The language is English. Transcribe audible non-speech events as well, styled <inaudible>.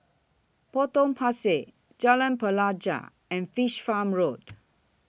Potong Pasir Jalan Pelajau and Fish Farm Road <noise>